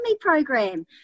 program